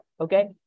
Okay